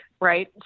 right